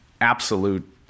absolute